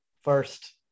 first